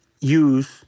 use